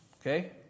Okay